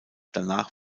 danach